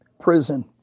prison